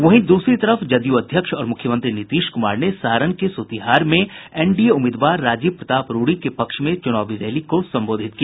वहीं दूसरी तरफ जदयू अध्यक्ष और मुख्यमंत्री नीतीश कुमार ने सारण के सूतिहार में एनडीए उम्मीदवार राजीव प्रताप रूडी के पक्ष में चूनावी रैली को संबोधित किया